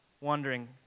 wondering